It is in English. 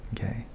Okay